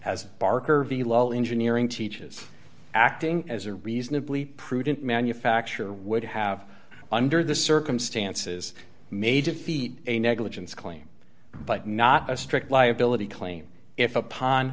as barker of the law engineering teaches acting as a reasonably prudent manufacturer would have under the circumstances may defeat a negligence claim but not a strict liability claim if upon